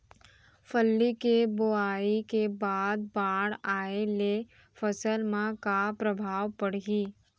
फल्ली के बोआई के बाद बाढ़ आये ले फसल मा का प्रभाव पड़ही?